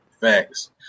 Thanks